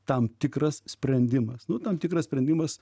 tam tikras sprendimas nu tam tikras sprendimas